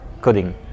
coding